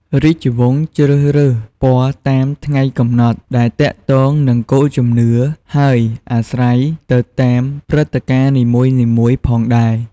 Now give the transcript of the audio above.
រាជវង្សជ្រើសរើសពណ៌តាមថ្ងៃកំណត់ ដែលទាក់ទងនឹងគោលជំនឿ ហើយអាស្រ័យទៅតាមព្រឹត្តិការណ៍នីមួយៗផងដែរ។